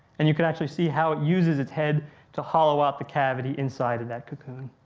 and you can actually see how it uses its head to hollow out the cavity inside of that cocoon.